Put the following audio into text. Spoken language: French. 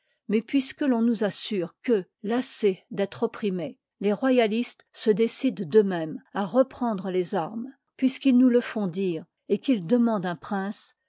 mais puisque l'on nous assure que lassés d'être opprimés les royalistes se décident d'eux-mêmes à reprendre les armes puisqu'ils nous le font dire et qu'ils demandent un prince